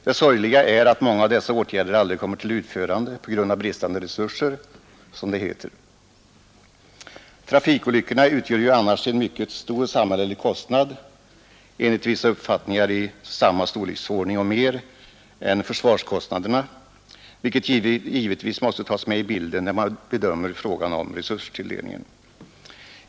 Det sorgliga är att många av dessa åtgärder aldrig kommer till utförande på grund av bristande resurser, som det heter. Trafikolyckorna svarar ju annars för en mycket stor samhällelig kostnad, enligt vissa uppfattningar i samma storleksordning och mer än försvarskostnaderna, vilket givetvis måste tas med i bilden när man bedömer frågan om resurstilldelningen.